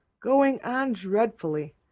going on dreadfully.